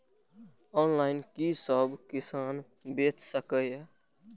Online कि सब किसान बैच सके ये?